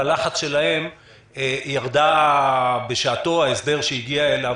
בלחץ שלהם ירד בשעתו ההסדר שהגיע אליו